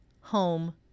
home